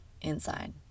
inside